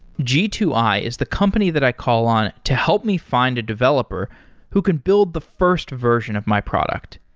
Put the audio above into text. g two i is the company that i call on to help me find a developer who can build the first version of my product.